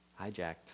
hijacked